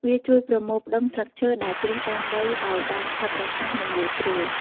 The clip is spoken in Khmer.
វាជួយប្រមូលផ្តុំស្លឹកឈើដែលជ្រុះតាមដីឱ្យបានឆាប់រហ័ស និងងាយស្រួល។